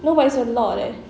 no but it's a lot leh